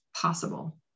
possible